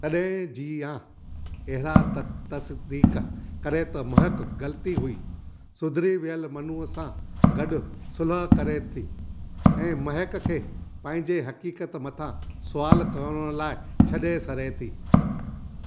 तॾहिं जिया अहिरा तक तसदीक़ु करे त महक ग़लती हुई सुधरी वयल मनुअ सां गॾु सुलह करे थी ऐं महक खे पंहिंजी हक़ीकत मथा सुवाल करण लाइ छॾे सरे थी